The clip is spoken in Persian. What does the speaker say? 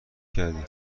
کردی